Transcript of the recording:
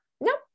Nope